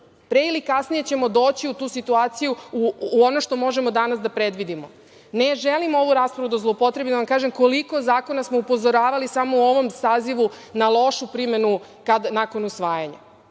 Pre ili kasnije ćemo doći u tu situaciju, u ono što možemo danas da predvidimo. Ne želim ovu raspravu da zloupotrebim, da vam kažem na koliko zakona smo upozoravali samo u ovom Sazivu na lošu primenu nakon usvajanja. Dakle,